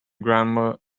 grandma